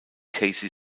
casey